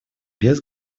без